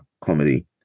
comedy